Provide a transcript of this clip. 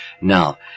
now